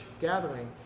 gathering